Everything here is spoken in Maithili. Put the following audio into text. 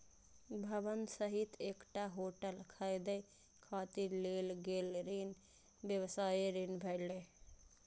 भवन सहित एकटा होटल खरीदै खातिर लेल गेल ऋण व्यवसायी ऋण भेलै